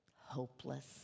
hopeless